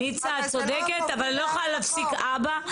אבל זה לא --- אבל אני לא יכולה להפסיק אבא.